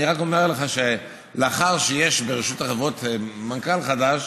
אני רק אומר לך שלאחר שיש ברשות החברות מנכ"ל חדש,